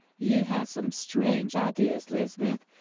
you have some strange ideas, lizabeth.